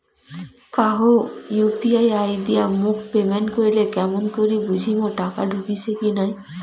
কাহো ইউ.পি.আই দিয়া মোক পেমেন্ট করিলে কেমন করি বুঝিম টাকা ঢুকিসে কি নাই?